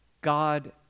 God